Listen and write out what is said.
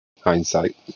Hindsight